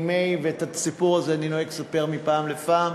ואת הסיפור הזה אני נוהג לספר מפעם לפעם,